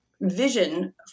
vision